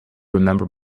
remember